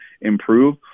improve